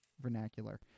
vernacular